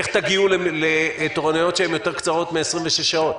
איך תגיעו לתורנויות קצרות יותר מ-26 שעות?